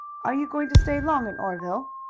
are you going to stay long in oreville?